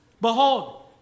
behold